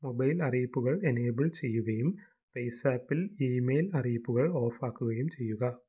mobile അറിയിപ്പുകൾ enable ചെയ്യുകയും പേയ്സാപ്പിൽ ഇമെയിൽ അറിയിപ്പുകൾ ഓഫാക്കുകയും ചെയ്യുക